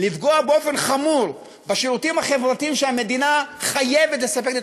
לפגוע באופן חמור בשירותים החברתיים שהמדינה חייבת לספק לתושביה.